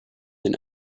than